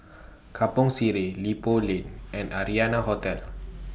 Kampong Sireh Ipoh Lane and Arianna Hotel